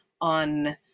on